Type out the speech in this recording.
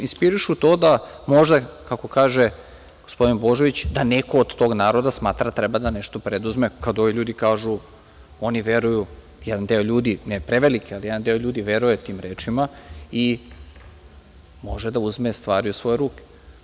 Inspirišu to da možda, kako kaže gospodin Božović, da neko od tog naroda smatra da treba da nešto preduzme, kad ovi ljudi kažu, oni veruju, jedan deo ljudi, ne preveliki, ali jedan deo ljudi veruje tim rečima i može da uzme stvari u svoje ruke.